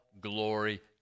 glory